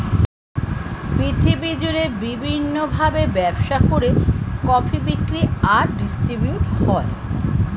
পৃথিবী জুড়ে বিভিন্ন ভাবে ব্যবসা করে কফি বিক্রি আর ডিস্ট্রিবিউট হয়